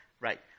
Right